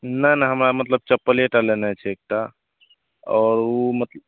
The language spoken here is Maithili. नहि नहि हमरा मतलब चप्पलेटा लेनाइ छै एकटा आओर उ मत